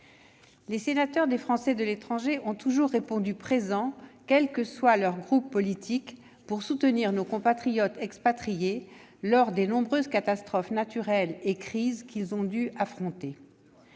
représentant les Français de l'étranger ont toujours répondu présent, quel que soit leur groupe politique, pour soutenir nos compatriotes expatriés lors des nombreuses catastrophes naturelles et crises qu'ils ont dû affronter.